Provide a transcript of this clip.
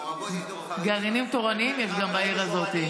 גם גרעינים תורניים יש בעיר הזאת.